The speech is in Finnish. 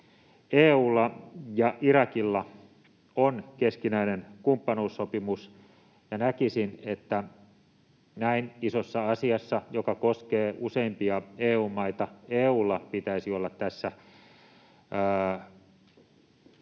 EU:lla ja Irakilla on keskinäinen kumppanuussopimus, ja näkisin, että näin isossa asiassa, joka koskee useimpia EU-maita, EU:lla pitäisi olla halu